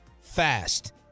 fast